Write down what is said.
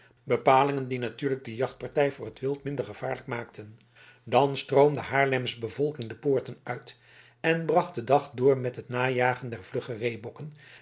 bepalingen die natuurlijk de jachtpartij voor het wild minder gevaarlijk maakten dan stroomde haarlems bevolking de poorten uit en bracht den dag door met het najagen der vlugge reebokken